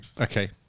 Okay